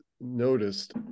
noticed